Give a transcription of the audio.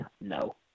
no